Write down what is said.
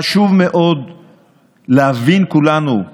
חשוב מאוד שנבין כולנו,